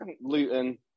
Luton